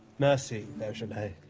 merci, beaujolais.